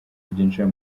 byinjira